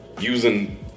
using